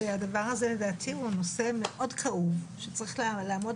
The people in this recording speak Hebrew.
והדבר הזה לדעתי הוא נושא מאוד כאוב שצריך לעמוד